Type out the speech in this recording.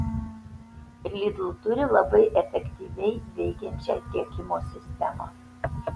lidl turi labai efektyviai veikiančią tiekimo sistemą